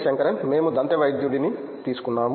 శంకరన్ మేము దంతవైద్యుడిని తీసుకున్నాము